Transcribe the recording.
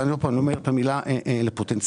אני אומר כאן את המילה פוטנציאל.